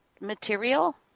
material